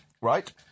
right